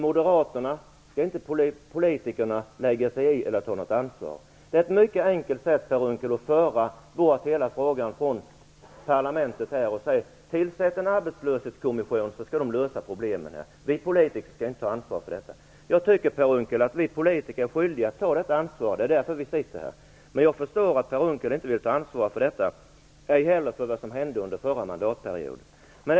Moderaterna anser att politikerna inte skall lägga sig i eller ta något ansvar. Det är ett mycket sätt, Per Unckel, att föra bort hela frågan från parlamentet genom att säga: Tillsätt en arbetslöshetskommission, så skall den lösa problemen. Vi politiker skall inte ta ansvar för detta. Jag anser att vi politiker är skyldiga att ta detta ansvar, Per Unckel. Det är därför vi sitter här. Men jag förstår att Per Unckel inte vill ta ansvar för vad som hände under förra mandatperioden.